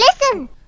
listen